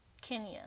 Kenya